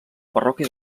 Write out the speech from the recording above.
parròquia